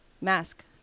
mask